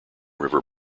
river